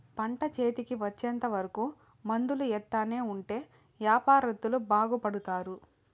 పంట చేతికి వచ్చేంత వరకు మందులు ఎత్తానే ఉంటే యాపారత్తులు బాగుపడుతారు